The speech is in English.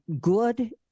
good